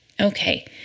Okay